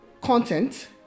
content